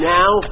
now